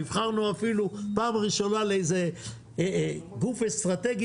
נבחרנו אפילו פעם ראשונה לאיזה גוף אסטרטגי